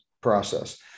process